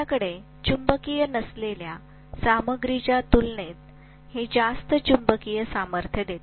आपल्याकडे चुंबकीय नसलेल्या सामग्रीच्या तुलनेत हे जास्त चुंबकीय सामर्थ्य देते